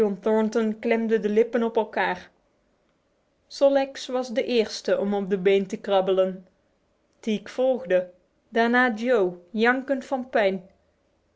john thornton klemde de lippen op elkaar sol leks was de eerste om op de been te krabbelen teek volgde daarna joe jankend van pijn